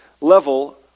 level